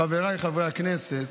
חבריי חברי הכנסת: